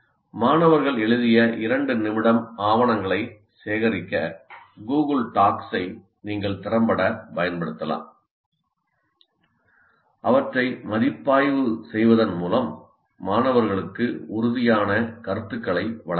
மாணவர்கள் எழுதிய 2 நிமிட ஆவணங்களை சேகரிக்க கூகுள் டாக்ஸை நீங்கள் திறம்பட பயன்படுத்தலாம் அவற்றை மதிப்பாய்வு செய்வதன் மூலம் மாணவர்களுக்கு உறுதியான கருத்துக்களை வழங்க முடியும்